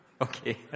okay